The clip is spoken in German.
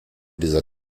dieser